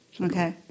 Okay